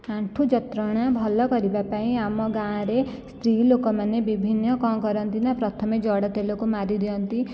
ଆଣ୍ଠୁ ଯନ୍ତ୍ରଣା ଭଲ କରିବା ପାଇଁ ଆମ ଗାଁରେ ସ୍ତ୍ରୀଲୋକମାନେ ବିଭିନ୍ନ କ'ଣ କରନ୍ତି ନା ପ୍ରଥମେ ଜଡ଼ା ତେଲକୁ ମାରିଦିଅନ୍ତି